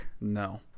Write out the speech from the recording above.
No